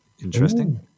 interesting